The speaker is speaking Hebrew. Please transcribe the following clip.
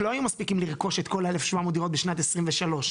לא היו מספיקים לרכוש את כל ה-1,700 דירות בשנת 23,